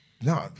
No